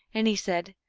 and he said,